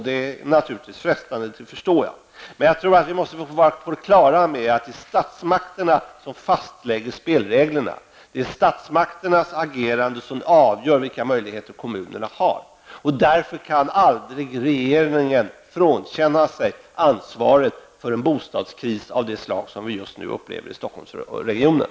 Det är naturligtvis frestande, det förstår jag. Men jag tror att vi måste vara på det klara med att det är statsmakterna som fastställer spelreglerna. Det är statsmakternas agerande som avgör vilka möjligheter kommunerna har. Därför kan regeringen aldrig frånkänna sig ansvaret för en bostadskris av det slag som vi just nu upplever i Stockholmsregionen.